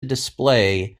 display